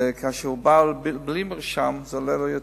וכשהוא בא בלי מרשם זה עולה לו פחות.